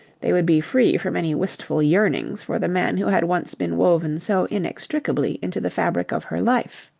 they would be free from any wistful yearnings for the man who had once been woven so inextricably into the fabric of her life.